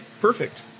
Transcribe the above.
perfect